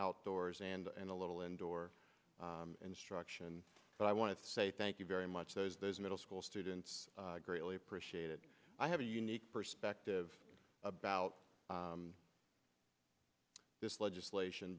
outdoors and in a little indoor instruction but i want to say thank you very much those those middle school students greatly appreciate it i have a unique perspective about this legislation